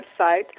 website